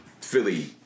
Philly